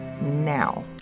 now